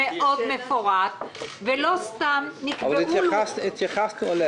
מאד מפורט, ולא סתם- -- התייחסנו.